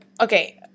okay